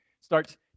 starts